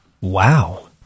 Wow